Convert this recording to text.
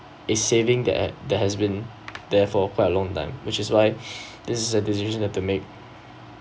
it's saving the ac~ that has been there for quite a long time which is why this is a decision you have to make